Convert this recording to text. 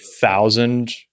thousand